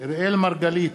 אראל מרגלית,